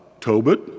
Tobit